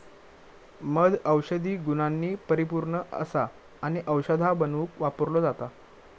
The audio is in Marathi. मध औषधी गुणांनी परिपुर्ण असा आणि औषधा बनवुक वापरलो जाता